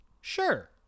sure